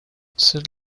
said